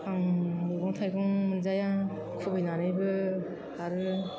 आं मैगं थाइगं मोनजाया खुबैनानैबो आरो